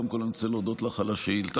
קודם כול אני רוצה להודות לך על השאילתה.